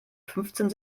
fünfzehn